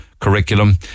curriculum